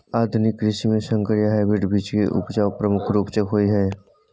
आधुनिक कृषि में संकर या हाइब्रिड बीज के उपजा प्रमुख रूप से होय हय